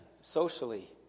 socially